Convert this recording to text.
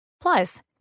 Plus